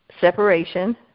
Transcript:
separation